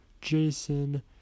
Jason